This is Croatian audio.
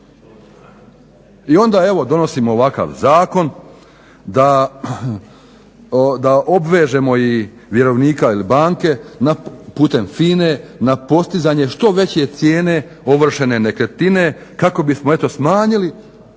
I onda evo donosimo ovakav zakon da obvežemo i vjerovnika ili banke putem FINA-e na postizanje što veće cijene ovršene nekretnine kako bismo eto smanjili